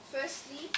firstly